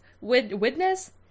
Witness